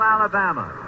Alabama